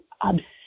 obsessed